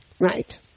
Right